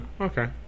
okay